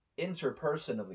interpersonally